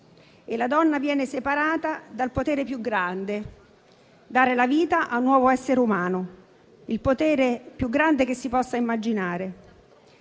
e la donna viene separata dal potere più grande: dare la vita a un nuovo essere umano, il potere più grande che si possa immaginare.